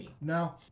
No